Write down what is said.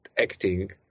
acting